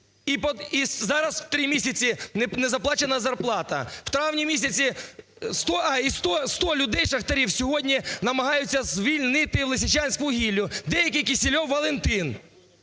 і зараз три місяці не заплачена зарплата. У травні місяці… А, і сто людей - шахтарів - сьогодні намагається звільнити у "Лисичанськвугіллі" деякий Кисельов Валентин.